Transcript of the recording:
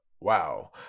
Wow